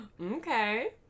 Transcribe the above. Okay